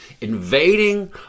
invading